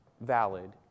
valid